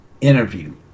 interview